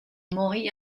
mori